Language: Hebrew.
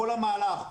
כל המהלך,